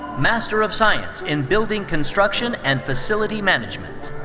master of science in building construction and facility management.